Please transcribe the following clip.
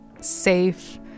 safe